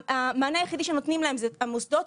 המענה היחידי שנותנים להם זה המוסדות.